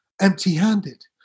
empty-handed